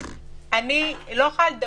אני לא יכולה לדמיין.